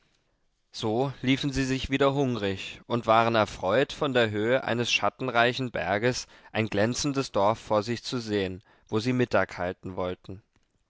so liefen sie sich wieder hungrig und waren erfreut von der höhe eines schattenreichen berges ein glänzendes dorf vor sich zu sehen wo sie mittag halten wollten